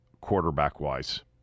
quarterback-wise